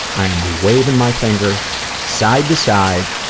i am waving my finger side to side